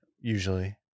usually